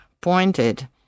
pointed